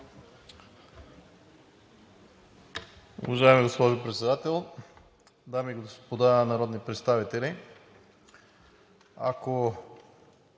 Уважаема госпожо Председател, дами и господа народни представители!